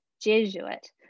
Jesuit